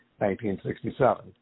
1967